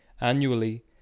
Annually